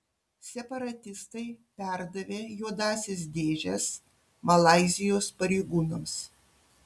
separatistai perdavė juodąsias dėžes malaizijos pareigūnams